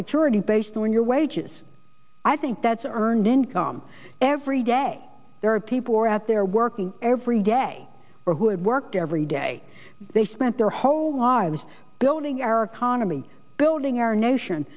security based on your wages i think that's earned income every day there are people who are out there working every day or who have worked every day they spent their whole lives building our economy building our nation